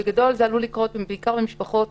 בגדול זה עלול לקרות בעיקר עם משפחות